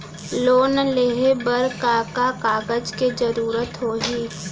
Loan लेहे बर का का कागज के जरूरत होही?